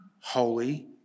holy